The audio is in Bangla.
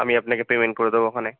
আমি আপনাকে পেমেন্ট করে দেবো খনে